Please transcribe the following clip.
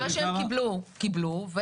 שמה שהם קיבלו קיבלו.